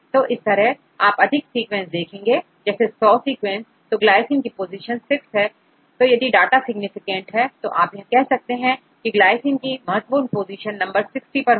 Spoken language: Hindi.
तो इस तरह आप अधिक सीक्वेंसेस देखेंगे जैसे 100 सीक्वेंस तो यदि ग्लाइसिन की पोजीशन6 है तो यदि डाटा सिग्निफिकेंट है तो आप कह सकते हैं की ग्लाइसिन की महत्वपूर्ण पोजीशन नंबर60पर होगी